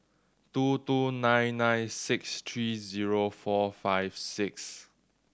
two two nine nine six three zero four five six